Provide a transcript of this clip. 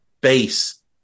base